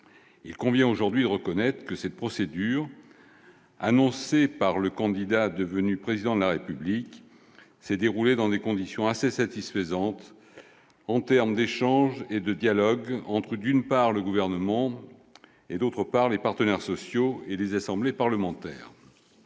Il convient aujourd'hui de reconnaître que cette procédure, annoncée par le candidat devenu Président de la République, s'est déroulée dans des conditions assez satisfaisantes d'échange et de dialogue entre, d'une part, le Gouvernement, et, d'autre part, les partenaires sociaux et les assemblées parlementaires.